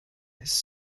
his